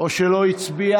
או לא הצביע?